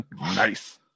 Nice